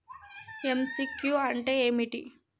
MCQ అంటే ఏమిటి?